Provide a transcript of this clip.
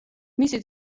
მისი